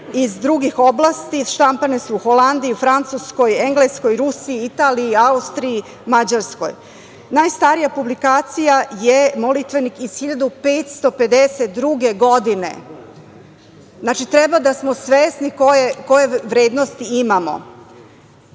iz drugih oblasti, štampane su u Holandiji, Francuskoj, Engleskoj, Rusiji, Italiji, Austriji, Mađarskoj. Najstarija publikacija je „Molitvenik“ iz 1552. godine. Znači, treba da smo svesni koje vrednosti imamo. Isto